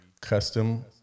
custom